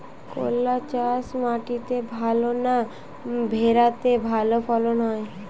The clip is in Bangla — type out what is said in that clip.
করলা চাষ মাটিতে ভালো না ভেরাতে ভালো ফলন হয়?